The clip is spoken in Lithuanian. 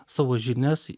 savo žinias